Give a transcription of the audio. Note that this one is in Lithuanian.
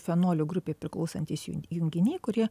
fenolių grupei priklausantys jun junginiai kurie